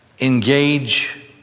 engage